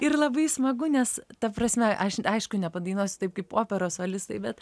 ir labai smagu nes ta prasme aš aišku nepadainuosiu taip kaip operos solistai bet